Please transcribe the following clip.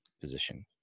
position